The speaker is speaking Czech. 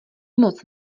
moc